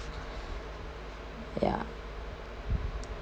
ya